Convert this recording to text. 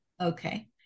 Okay